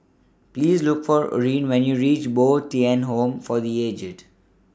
Please Look For Orene when YOU REACH Bo Tien Home For The Aged